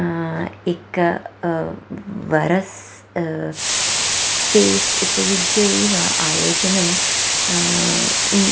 एकं वरस्य स्पेस् उपयुज्य एव आयोजनं